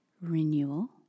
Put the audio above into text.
renewal